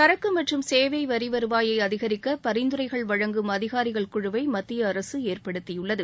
சரக்கு மற்றும் சேவை வரி வருவாயை அதிகரிக்க பரிந்துரைகள் வழங்கும் அதிகாரிகள் குழுவை மத்திய அரசு ஏற்படுத்தியுள்ளது